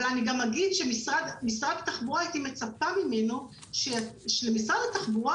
גם אגיד שהייתי מצפה ממשרד התחבורה